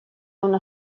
una